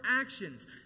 actions